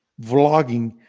vlogging